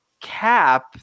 cap